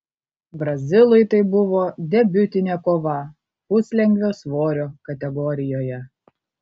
brazilui tai buvo debiutinė kova puslengvio svorio kategorijoje